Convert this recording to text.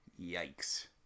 Yikes